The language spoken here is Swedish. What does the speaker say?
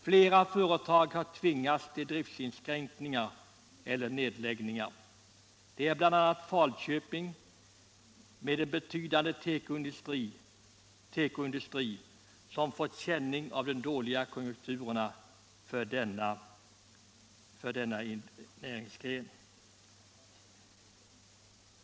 Flera företag har tvingats till driftsinskränkningar eller nedläggningar. Allmänpolitisk debatt Allmänpolitisk debatt Bl. a. Falköping, som har en betydande tekoindustri, har fått känning av de dåliga konjunkturerna för denna näringsgren.